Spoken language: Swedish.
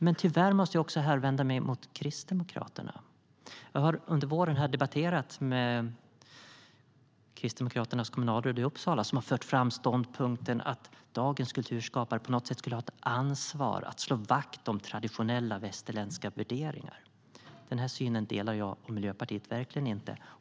Men tyvärr måste jag också vända mig mot Kristdemokraterna. Jag har under våren debatterat med Kristdemokraternas kommunalråd i Uppsala, som har fört fram ståndpunkten att dagens kultur på något sätt skulle ha ett ansvar att slå vakt om traditionella västerländska värderingar. Den synen delar jag och Miljöpartiet verkligen inte.